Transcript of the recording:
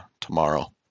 tomorrow